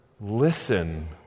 listen